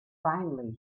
finally